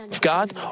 God